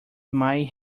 might